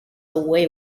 away